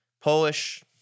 Polish